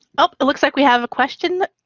um it looks like we have a question.